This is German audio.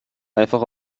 einfach